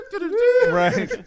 Right